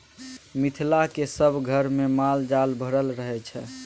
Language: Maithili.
मिथिलाक सभ घरमे माल जाल भरल रहय छै